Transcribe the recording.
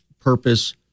purpose